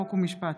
חוק ומשפט.